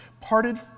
parted